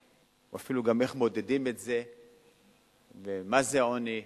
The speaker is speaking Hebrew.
או אפילו גם איך מודדים את זה ומה זה עוני,